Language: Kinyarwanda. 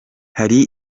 hari